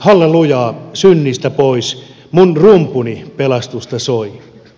hallelujaa synnistä pois mun rumpuni pelastusta soi